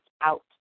out